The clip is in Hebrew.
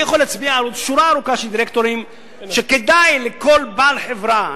אני יכול להצביע על שורה ארוכה של דירקטורים שכדאי לכל בעל חברה,